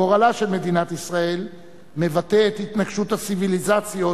גורלה של מדינת ישראל מבטא את התנגשות הציוויליזציות